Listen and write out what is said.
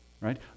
right